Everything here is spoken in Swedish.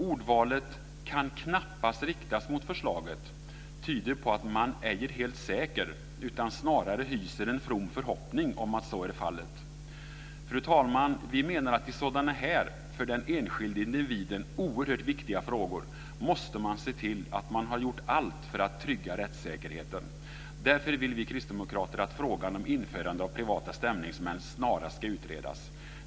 Ordvalet "kan knappast" tyder på att man inte är helt säker utan snarare hyser en from förhoppning om att så är fallet. Fru talman! Vi menar att man i sådana här för den enskilde individen oerhört viktiga frågor måste se till att göra allt för att trygga rättssäkerheten. Därför vill vi kristdemokrater att frågan om införande av privata stämningsmän snarast ska utredas.